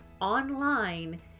online